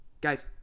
Guys